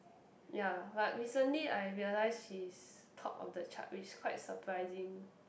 ya but recently I realise she is top of the chart which is quite surprising